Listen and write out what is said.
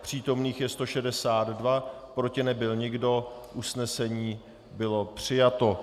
Přítomných je 162, proti nebyl nikdo, usnesení bylo přijato.